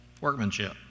workmanship